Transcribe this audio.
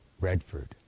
Redford